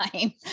time